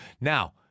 Now –